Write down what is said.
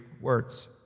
words